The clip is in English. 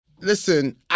Listen